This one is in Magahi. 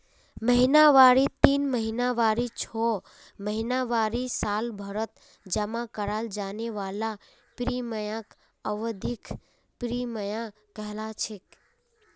महिनावारी तीन महीनावारी छो महीनावारी सालभरत जमा कराल जाने वाला प्रीमियमक अवधिख प्रीमियम कहलाछेक